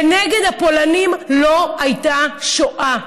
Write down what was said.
ונגד הפולנים לא הייתה שואה.